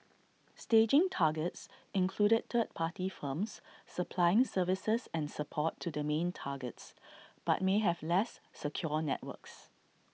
staging targets included third party firms supplying services and support to the main targets but may have less secure networks